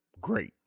Great